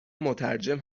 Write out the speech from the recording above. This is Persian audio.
مترجم